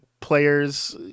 players